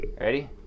Ready